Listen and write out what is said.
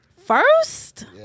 First